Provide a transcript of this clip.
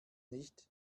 nicht